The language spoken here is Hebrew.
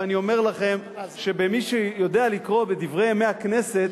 ואני אומר לכם שמי שיודע לקרוא ב"דברי הכנסת",